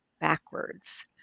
backwards